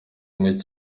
umwe